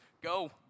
go